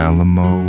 Alamo